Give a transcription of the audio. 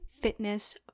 fitness